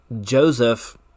Joseph